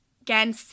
Again